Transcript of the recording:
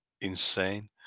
insane